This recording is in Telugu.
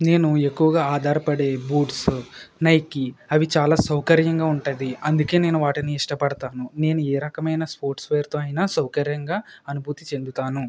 నేను ఎక్కువగా ఆధారపడే బూట్స్ నైకీ అవి చాలా సౌకర్యంగా ఉంటుంది అందుకే నేను వాటిని ఇష్టపడతాను నేను ఏ రకమైన స్పోర్ట్స్ వేర్తో అయినా సౌకర్యంగా అనుభూతి చెందుతాను